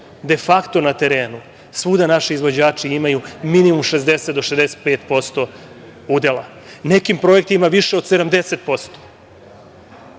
defakto na terenu, svuda naši izvođači imaju minimum 60% do 65% udela. U nekim projektima više od 70%.